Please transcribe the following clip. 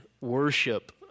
worship